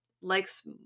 likes